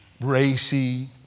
racy